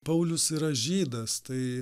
paulius yra žydas tai